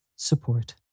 Support